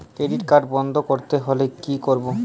Credit card বন্ধ করতে হলে কি করব?